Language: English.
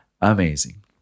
Amazing